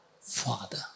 father